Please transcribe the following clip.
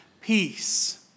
Peace